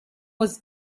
was